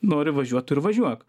nori važiuot tu ir važiuok